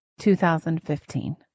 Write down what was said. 2015